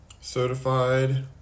Certified